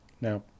Now